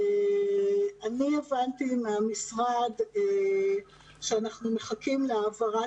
אני הבנתי מן המשרד שאנחנו מחכים להעברה